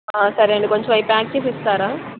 సరేనండి కొంచెం అవి ప్యాక్ చేసి ఇస్తారా